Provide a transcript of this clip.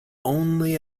only